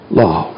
law